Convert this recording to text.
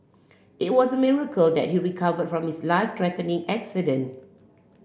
it was a miracle that he recovered from his life threatening accident